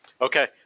Okay